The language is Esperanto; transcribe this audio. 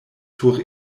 sur